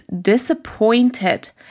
disappointed